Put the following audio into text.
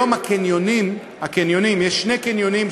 יהודים, יש פה טרור יחד.